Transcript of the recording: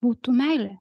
būtų meilė